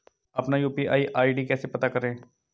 अपना UPI ID कैसे पता करें?